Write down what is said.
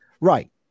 Right